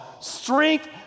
strength